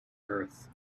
earth